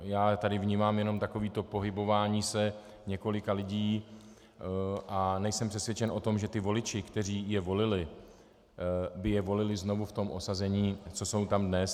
Já tady vnímám jenom takové to pohybování se několika lidí a nejsem přesvědčený o tom, že voliči, kteří je volili, by je volili znovu v tom osazení, co jsou tam dnes.